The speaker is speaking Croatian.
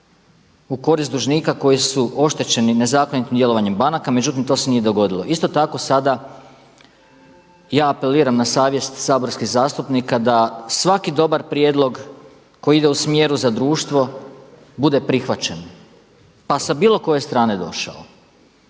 u korist dužnika koji su oštećenim djelovanjem banaka međutim to se nije dogodilo. Isto tako sada ja apeliram na savjest saborskih zastupnika da svaki dobar prijedlog koji ide u smjeru za društvo bude prihvaćen pa sa bilo koje strane došao.